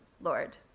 Lord